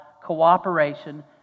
cooperation